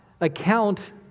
account